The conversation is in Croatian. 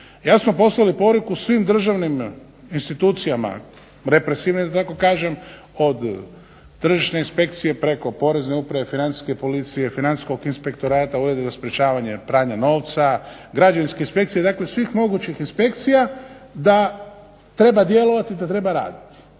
jasno poslali poruku svim državnim institucijama represivnim da tako kažem, od tržišne inspekcije, preko porezne uprave, Financijske policije, Financijskog inspektorata, Ureda za sprečavanje pranja novca, građevinske inspekcije, dakle svih mogućih inspekcija da treba djelovati, da treba raditi.